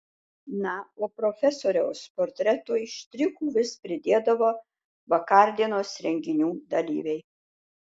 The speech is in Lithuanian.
na o profesoriaus portretui štrichų vis pridėdavo vakardienos renginių dalyviai